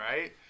right